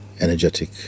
energetic